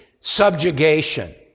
subjugation